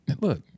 look